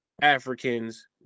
Africans